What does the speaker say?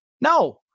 No